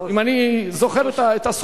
אם אני זוכר את הסכומים.